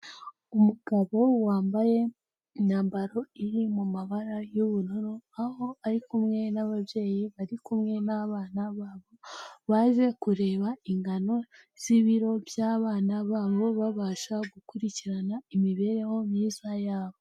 Umugabo wambaye imyambaro iri mu mabara y'ubururu, aho ari kumwe n'ababyeyi bari kumwe n'abana babo, baje kureba ingano z'ibiro by'abana babo, babasha gukurikirana imibereho myiza yabo.